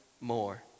more